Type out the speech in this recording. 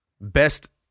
best